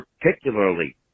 particularly